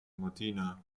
modena